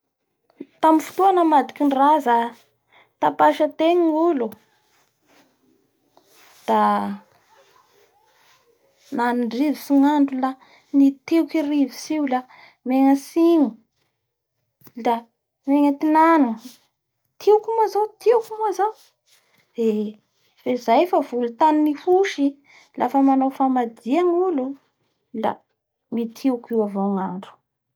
La nisy fotoa nisy zany mpianatsy mpangosavy la navadikiny saboketra tsy fanahininy ny tengany.